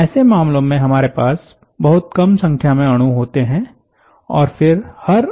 ऐसे मामलों में हमारे पास बहुत कम संख्या में अणु होते हैं और फिर हर